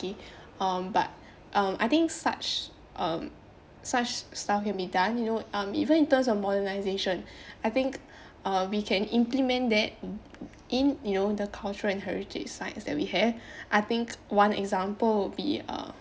okay um but um I think such um such stuff can be done you know um even in terms of modernisation I think uh we can implement that in you know the cultural and heritage sites that we have I think one example would be uh